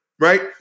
right